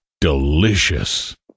Delicious